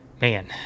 Man